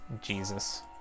Jesus